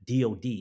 DOD